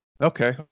Okay